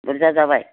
बुरजा जाबाय